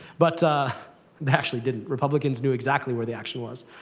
but they actually didn't. republicans knew exactly where the action was.